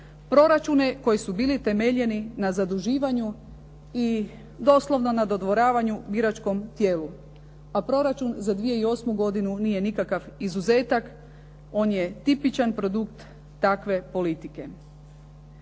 proračune koji su bili temeljeni na zaduživanju i doslovno na dodvoravanju biračkom tijelu. A proračun za 2008. godinu nije nikakav izuzetak, on je tipičan produkt takve politike.